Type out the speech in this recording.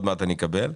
מעט אני אקבל.